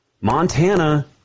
Montana